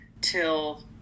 till